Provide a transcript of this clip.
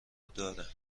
داره